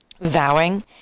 vowing